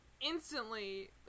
instantly